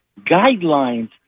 guidelines